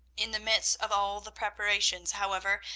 in the midst of all the preparations, however,